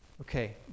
Okay